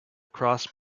cross